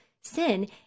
sin